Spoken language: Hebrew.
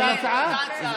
אותה הצעה?